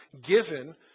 given